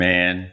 Man